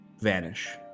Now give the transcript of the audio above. Vanish